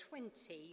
20